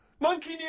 Monkey